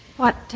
what.